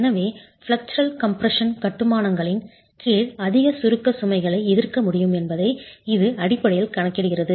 எனவே flexural compression கட்டுமானங்களின் கீழ் அதிக சுருக்க சுமைகளை எதிர்க்க முடியும் என்பதை இது அடிப்படையில் கணக்கிடுகிறது